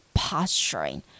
posturing